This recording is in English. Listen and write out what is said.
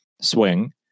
swing